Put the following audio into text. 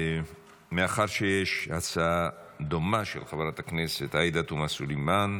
מאחר שיש הצעה דומה של חברת הכנסת עאידה תומא סלימאן,